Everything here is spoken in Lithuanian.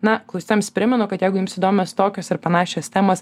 na klausytojams primenu kad jeigu jums įdomios tokios ir panašios temos